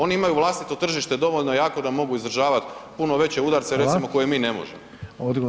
Oni imaju vlastito tržište dovoljno jako da mogu izdržavat puno veće udarce [[Upadica: Hvala.]] recimo koje mi ne možemo.